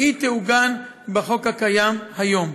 והיא תעוגן בחוק הקיים היום.